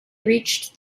reached